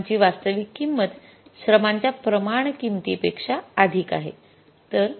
श्रमाची वास्तविक किंमत श्रमांच्या प्रमाण किंमतीपेक्षा अधिक आहे